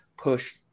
push